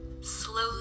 slowly